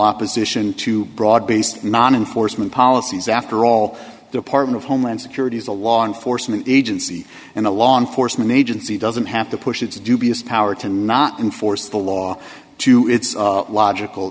opposition to broad based non enforcement policies after all department of homeland security is a law enforcement agency and a law enforcement agency doesn't have to push its dubious power to not enforce the law to its logical